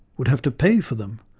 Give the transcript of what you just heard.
would have to pay for them,